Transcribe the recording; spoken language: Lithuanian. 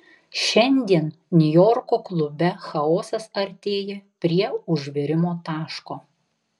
šiandien niujorko klube chaosas artėja prie užvirimo taško